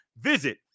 Visit